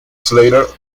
slater